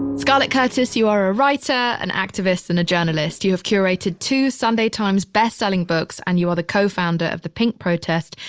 scarlett curtis, you are a writer, an activist and a journalist. you have curated two sunday times best selling books and you are the co-founder of the pink protest,